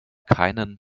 keinen